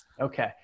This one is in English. Okay